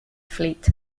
fleet